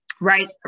Right